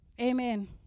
Amen